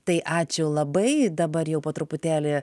tai ačiū labai dabar jau po truputėlį